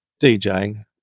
DJing